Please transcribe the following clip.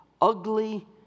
Ugly